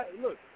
look